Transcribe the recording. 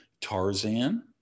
Tarzan